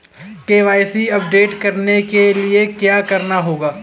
KYC update करने के लिए क्या करना होगा?